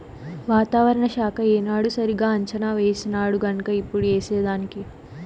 వాతావరణ శాఖ ఏనాడు సరిగా అంచనా వేసినాడుగన్క ఇప్పుడు ఏసేదానికి